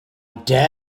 dare